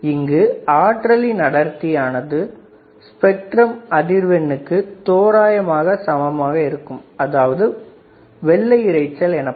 இங்கு ஆற்றலின் அடர்த்தியானது நிறமாலையின் அதிர்வு எண்ணுக்கு தோராயமாக சமமாக இருக்கும் அதாவது வெள்ளை இரைச்சல் எனப்படும்